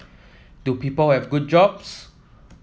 do people have good jobs